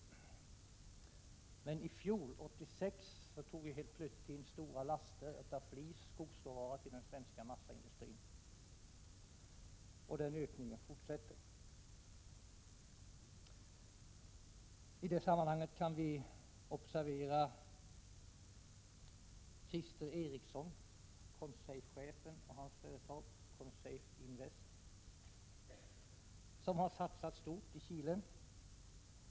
Men i fjol, 1986, tog vi helt plötsligt in stora laster av flis — skogsråvara — till den svenska massaindustrin. Och denna ökning fortsätter. I detta sammanhang kan vi observera Christer Ericsson — Consafe-chefen — och hans företag Consafe Invest, som har satsat stort i Chile.